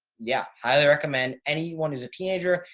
yeah, highly recommend anyone who's a teenager.